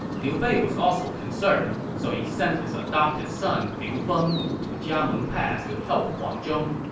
liu bei was also concerned, so he sent his adopted son liu feng to jiameng pass to help huang zhong.